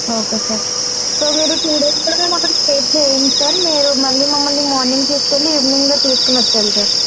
okay sir so మీరు two days కూడా మేమెక్కడ స్టే చెయ్యము సార్ మీరు మళ్ళీ మమ్మల్ని మార్నింగ్ తీసుకెళ్ళి ఈవెనింగ్ తీసుకుని వచ్చేయాలి సార్